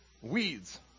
weeds